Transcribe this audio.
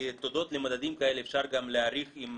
תודות למדדים כאלה אפשר גם להעריך אם